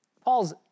Paul's